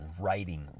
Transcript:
writing